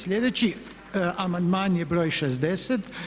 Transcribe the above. Sljedeći amandman je broj 60.